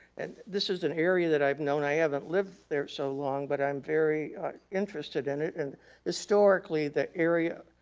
and this is an area that i've known. i haven't lived there so long, but i'm very interested in it and historically the area,